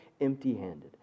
empty-handed